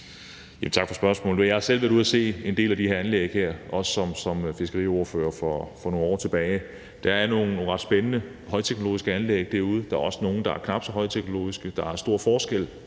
Tak for spørgsmålet. Jeg har selv været ude at se en del af de her anlæg, også som fiskeriordfører, for nogle år tilbage. Der er nogle ret spændende højteknologiske anlæg derude. Der er også nogle, der er knap så højteknologiske. Der er i øjeblikket